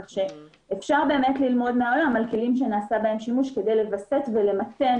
כך שאפשר ללמוד מהעולם על כלים שנעשה בהם שימוש כדי לווסת ולמתן